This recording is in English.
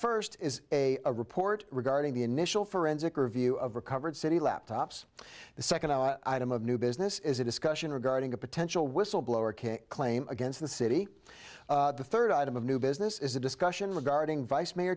first is a report regarding the initial forensic review of recovered city laptops the second item of new business is a discussion regarding a potential whistleblower kit claim against the city the third item of new business is a discussion regarding vice mayor